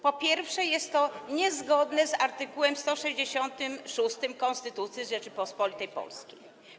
Po pierwsze, jest to niezgodne z art. 166 Konstytucji Rzeczypospolitej Polskiej.